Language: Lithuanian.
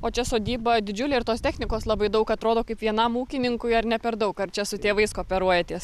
o čia sodyba didžiulė ir tos technikos labai daug atrodo kaip vienam ūkininkui ar ne per daug ar čia su tėvais kooperuojatės